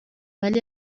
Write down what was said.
ولی